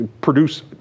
produce